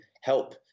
help